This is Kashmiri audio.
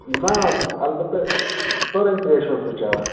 نہ البتہ تٕرٕنۍ ترایش اوسُس بہٕ چٮ۪وان